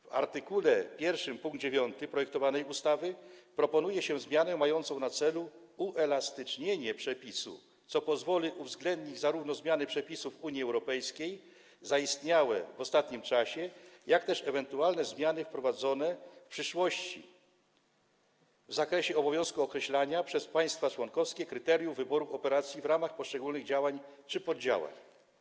W art. 1 pkt 9 projektowanej ustawy proponuje się zmianę mającą na celu uelastycznienie przepisu, co pozwoli uwzględnić zarówno zmiany przepisów Unii Europejskiej zaistniałe w ostatnim czasie, jak i ewentualne zmiany wprowadzane w przyszłości w zakresie obowiązku określania przez państwa członkowskie kryteriów wyboru operacji w ramach poszczególnych działań czy poddziałań.